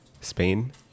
Spain